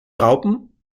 raupen